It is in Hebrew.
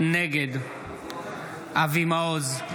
נגד אבי מעוז,